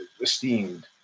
esteemed